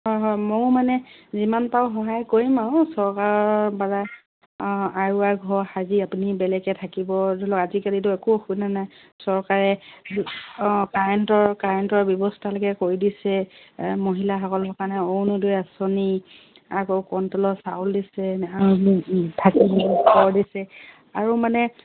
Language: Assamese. হয় হয় ময়ো মানে যিমান পাৰু সহায় কৰিম আৰু চৰকাৰৰ বাবে অঁ আই ৱাই ঘৰ সাজি আপুনি বেলেগে থাকিব ধৰি লওক আজিকালিতো একো অসুবিধা নাই চৰকাৰে অঁ কাৰেণ্টৰ কাৰেণ্টৰ ব্যৱস্থালৈকে কৰি দিছে মহিলাসকলৰ কাৰণে অৰুণোদয় আঁচনি আকৌ কণ্ট্ৰলৰ চাউল দিছে আৰু থাকিবলৈ ঘৰ দিছে আৰু মানে